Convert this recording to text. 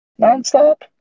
nonstop